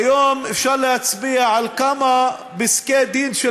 כיום אפשר להצביע על כמה פסקי-דין של